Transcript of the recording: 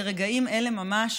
ברגעים אלה ממש,